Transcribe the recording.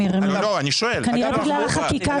כנראה בגלל החקיקה שלהם.